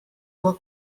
fois